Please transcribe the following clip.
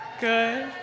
Good